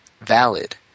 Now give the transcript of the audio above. valid